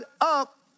up